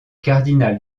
cardinal